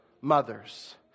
mothers